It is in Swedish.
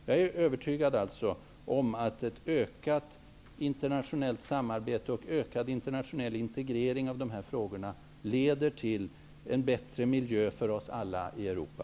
Jag är övertygad om att ett ökat internationellt samarbete och en ökad internationell integrering av de här frågorna leder till en bättre miljö för oss alla i Europa.